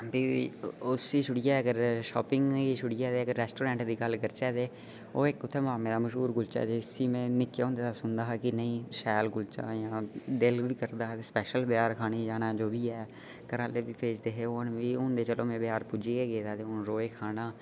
shopping गी छोड़ियै जेकर रैस्टोरेंट दी गल्ल करचै ओह् उत्थै उक मामें दा मश्हूर कुल्चा ऐ जिसी मीं निक्के हुंदे दा सुनदा हां के शैल कुल्चा् ऐ दिल बी करदा दा स्पैशल बजार जाने दा घरै आह्ले बी भेजदे हे हून ते अंऊं बाजार पुज्जी गे गेदा ऐ